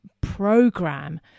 program